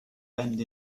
bend